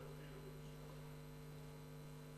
לא התחילו בתשעה באב, היתה רגישות.